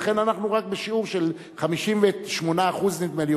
לכן אנחנו רק בשיעור של 58%, נדמה לי.